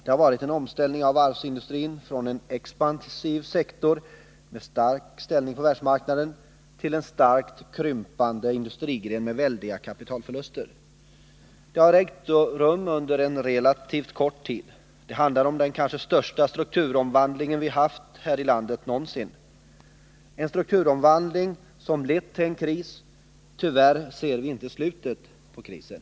En omställning har skett av varvsindustrin från en expansiv sektor med stark ställning på världsmarknaden till en hastigt krympande industrigren med väldiga kapitalförluster. Den har ägt rum under en relativt kort tid. Det handlar om den kanske största strukturomvandling som vi har haft här i landet någonsin. Denna strukturomvandling har lett till en kris, och tyvärr ser vi inte slutet på krisen.